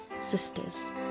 Sisters